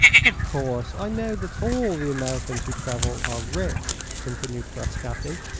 of course, i know that all the americans who travel are rich, continued frascatti.